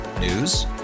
News